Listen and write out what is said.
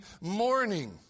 morning